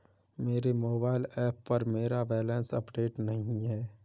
मेरे mobile app पर मेरा बैलेंस अपडेट नहीं है